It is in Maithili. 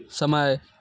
समय